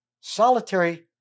Solitary